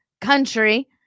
country